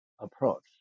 approach